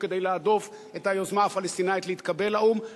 כדי להדוף את היוזמה הפלסטינית להתקבל לאו"ם,